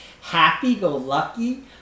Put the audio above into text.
happy-go-lucky